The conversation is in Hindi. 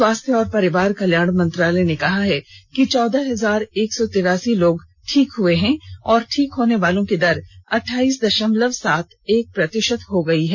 स्वास्थ्य और परिवार कल्याण मंत्रालय ने कहा है कि चौदह हजार एक सौ तिरासी लोग ठीक हो गये हैं और ठीक होने वालों की दर अठाइस दशमलव सात एक प्रतिशत हो गई है